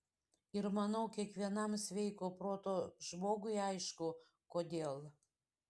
ir manau kiekvienam sveiko proto žmogui aišku kodėl